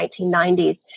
1990s